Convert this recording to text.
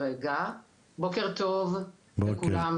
בוקר טוב לכולם.